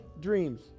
dreams